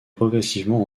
progressivement